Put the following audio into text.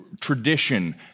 tradition